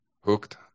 hooked